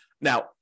Now